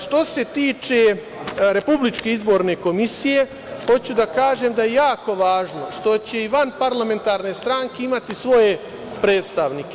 Što se tiče Republičke izborne komisije, hoću da kažem da je jako važno što će i van parlamentarne stranke imati svoje predstavnike.